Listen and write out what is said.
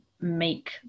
make